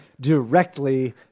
directly